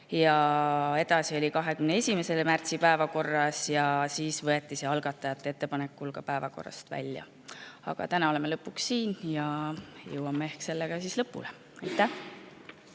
Edasi oli see 21. märtsi päevakorras ja siis võeti see algatajate ettepanekul päevakorrast välja. Aga täna oleme lõpuks jälle siin ja jõuame ehk sellega lõpule. Aitäh!